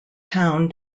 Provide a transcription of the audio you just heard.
town